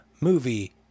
Movie